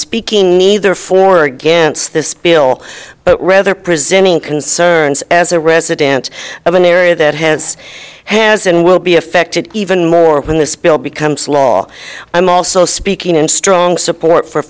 speaking neither for or against this bill but rather presuming concerns as a resident of an area that has has and will be affected even more when this bill becomes law i'm also speaking in strong support for